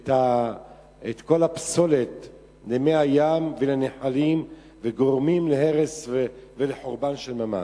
את כל הפסולת למי הים ולנחלים וגורמים להרס ולחורבן של ממש.